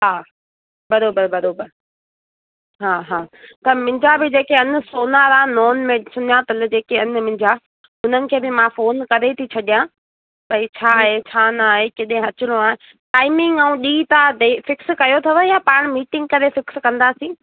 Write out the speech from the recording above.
हा बराबरि बराबरि हा हा त मुंहिंजा बि जेके आहिनि सोनारा नोन में सुञातल जेके आहिनि मुंहिंजा उन्हनि खे बि मां फ़ोन करे थी छॾिया भाई छा आहे छा न आहे कहिड़े अचिणो आहे टाइमिंग ऐं बि त फिक्स कयो अथव या पाण मीटिंग करे फिक्स कंदासीं